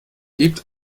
gebt